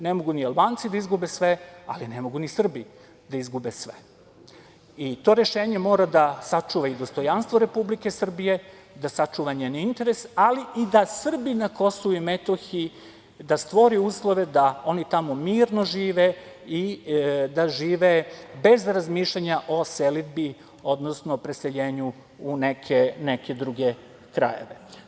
Ne mogu ni Albanci da izgube sve, ali ne mogu ni Srbi da izgube sve i to rešenje mora da sačuva i dostojanstvo Republike Srbije, da sačuva njen interes, ali i da Srbi na KiM, da stvori uslove da oni tamo mirno žive i da žive bez razmišljanja o selidbi, odnosno preseljenju u neke druge krajeve.